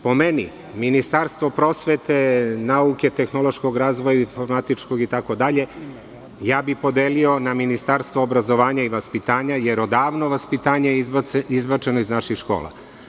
Po meni Ministarstvo prosvete, nauke, tehnološkog razvoja informatičkog itd, ja bi podelio na Ministarstvo obrazovanja i vaspitanja, jer odavno je vaspitanje izbačeno iz naših škola.